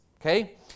okay